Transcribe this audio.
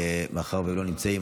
מאחר שהם לא נמצאים,